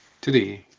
Today